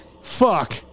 Fuck